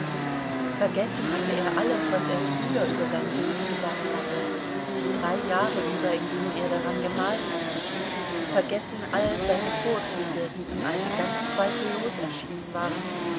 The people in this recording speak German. vergessen hatte er alles was er früher über sein bild gedacht hatte die drei jahre über in denen er daran gemalt hatte vergessen all seine vorzüge die ihm als ganz zweifellos erschienen waren